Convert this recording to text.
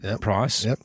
price